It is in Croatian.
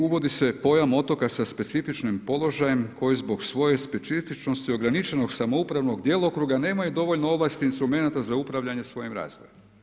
I uvodi se pojam otoka sa specifičnim položajem koji zbog svoje specifičnosti ograničenog samoupravnog djelokruga nemaju dovoljno ovlasti i instrumenata za upravljanje svojim razvojem.